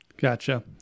Gotcha